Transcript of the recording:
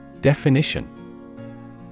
Definition